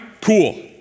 cool